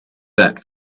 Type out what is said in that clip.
that